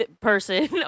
person